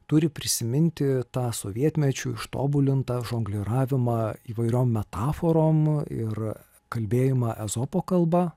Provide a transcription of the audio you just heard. turi prisiminti tą sovietmečiu ištobulintą žongliravimą įvairiom metaforom ir kalbėjimą ezopo kalba